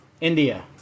India